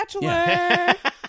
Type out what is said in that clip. bachelor